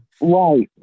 Right